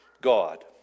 God